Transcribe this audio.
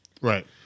Right